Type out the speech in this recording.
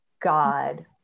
God